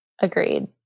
Agreed